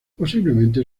posiblemente